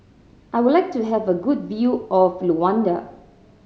I would like to have a good view of Luanda